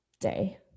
day